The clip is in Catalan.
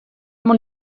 molt